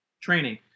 training